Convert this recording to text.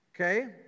okay